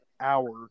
hour